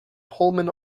pullman